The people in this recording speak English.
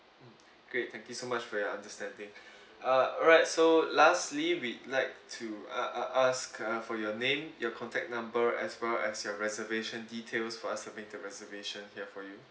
great thank you so much for your understanding uh alright so lastly we'd like to uh uh ask uh for your name your contact number as well as your reservation details for us to make the reservation here for you